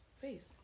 face